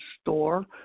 store